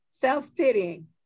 Self-pitying